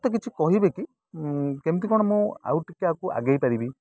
ମତେ କିଛି କହିବେ କି କେମିତି କ'ଣ ମୁଁ ଆଉ ଟିକେ ଆଉ ଆଗେଇ ପାରିବି